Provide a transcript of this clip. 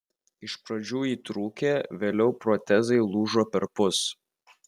iš pradžių įtrūkę vėliau protezai lūžo perpus